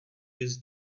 with